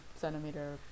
centimeter